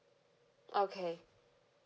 okay